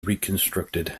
reconstructed